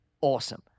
awesome